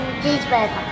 cheeseburger